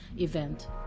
event